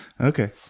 Okay